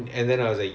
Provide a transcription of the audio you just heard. okay